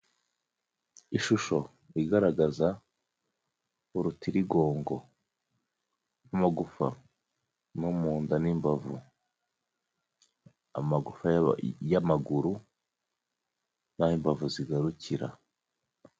Ishusho igaragaza urutirigongo n'amagufa no mu nda n'imbavu. Amagufa y'amaguru naho imbavu zigarukira.